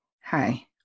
hi